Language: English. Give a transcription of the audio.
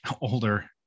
older